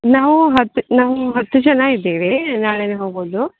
ನಾವು ಹತ್ತು ನಾವು ಹತ್ತು ಜನ ಇದೀವಿ ನಾಳೆನೇ ಹೋಗೋದು